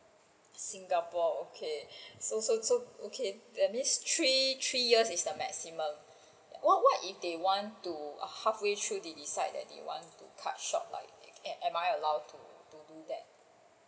singapore okay so so so okay that means three three years is the maximum what what if they want to halfway through they decide they want to cut short like am I allowed to do that